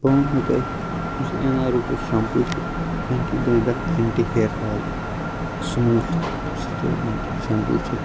بہٕ وَنمو تۄہہِ یُس ایٚن آ رُک یُس شیٚمپوٗ چھُ anti dandruff anti hair fall smooth straightener shampoo چھُ